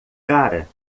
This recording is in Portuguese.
cara